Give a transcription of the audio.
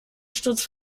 sturz